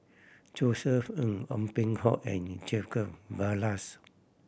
Josef Ng Ong Peng Hock and Jacob Ballas